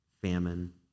Famine